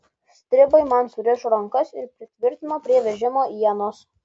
stribai man surišo rankas ir pritvirtino prie vežimo ienos